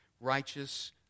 righteous